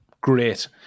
Great